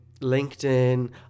LinkedIn